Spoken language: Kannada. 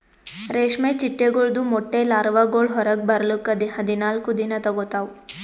ರೇಷ್ಮೆ ಚಿಟ್ಟೆಗೊಳ್ದು ಮೊಟ್ಟೆ ಲಾರ್ವಾಗೊಳ್ ಹೊರಗ್ ಬರ್ಲುಕ್ ಹದಿನಾಲ್ಕು ದಿನ ತೋಗೋತಾವ್